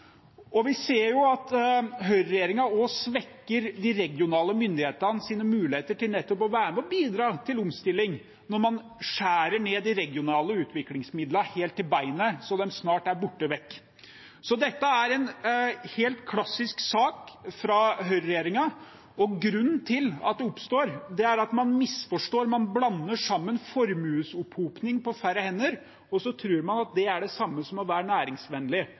Vi ser at høyreregjeringen også svekker de regionale myndighetenes muligheter til nettopp å være med og bidra til omstilling, når man skjærer ned de regionale utviklingsmidlene helt til beinet så de snart er borte vekk. Dette er en helt klassisk sak fra høyreregjeringen. Grunnen til at det oppstår, er at man misforstår, man blander sammen og tror at formuesopphoping på færre hender er det samme som å være næringsvennlig. Nei, det kan i mange tilfeller være